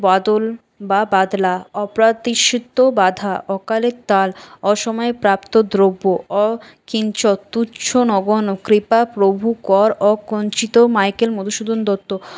বাদল বা বাদলা অপ্রতিশিত বাধা অকালের তাল অসময়ে প্রাপ্ত দ্রব্য অকিঞ্চত তুচ্ছ নগণ্য কৃপা প্রভু কর অকঞ্চিত মাইকেল মধুসূদন দত্ত